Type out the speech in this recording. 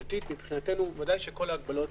ודאי שכל ההגבלות